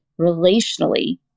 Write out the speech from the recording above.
relationally